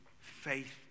Faith